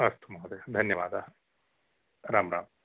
अस्तु महोदय धन्यवादः राम राम